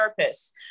therapists